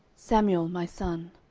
samuel, my son.